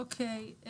אוקיי.